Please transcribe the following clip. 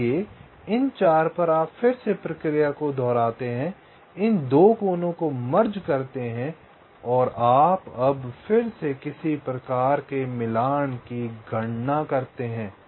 इसलिए इन 4 पर आप फिर से प्रक्रिया को दोहराते हैं इन 2 कोनों को मर्ज करते हैं और आप अब फिर से किसी प्रकार के मिलान की गणना करते हैं